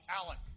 talent